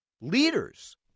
leaders